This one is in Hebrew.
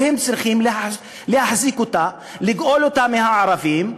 והם צריכים להחזיק אותה, לגאול אותה מהערבים.